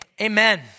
Amen